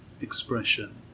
expression